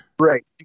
Right